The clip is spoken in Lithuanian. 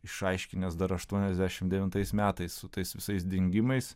išaiškinęs dar aštuoniasdešimt devintais metais su tais visais dingimais